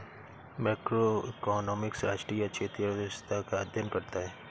macroeconomics राष्ट्रीय या क्षेत्रीय अर्थव्यवस्था का अध्ययन करता है